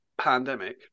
Pandemic